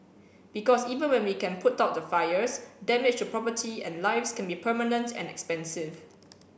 because even when we can put out the fires damage to property and lives can be permanent and expensive